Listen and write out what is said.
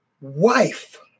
wife